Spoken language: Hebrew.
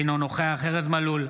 אינו נוכח ארז מלול,